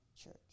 Church